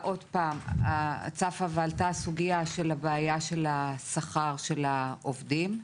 עוד פעם הסוגיה של בעיית שכר העובדים.